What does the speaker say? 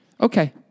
Okay